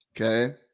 Okay